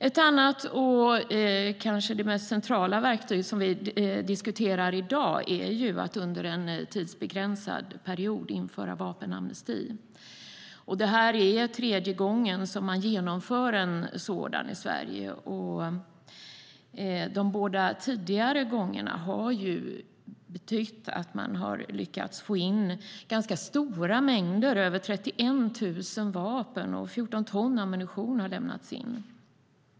Ett annat och kanske det mest centrala verktyg som vi diskuterar i dag är att under en tidsbegränsad period införa en vapenamnesti. Det är tredje gången som en sådan genomförs i Sverige. De båda tidigare gångerna har inneburit att stora mängder har lämnats in, över 31 000 vapen och 14 ton ammunition.